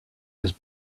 his